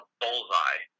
bullseye